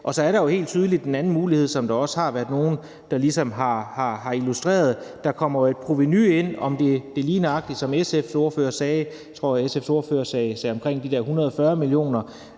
Og så er der jo helt tydeligt den anden mulighed, som der også har været nogle der ligesom har illustreret, for der kommer jo et provenu ind. Om det lige nøjagtig, som jeg tror SF's ordfører sagde, er omkring de der 140 mio.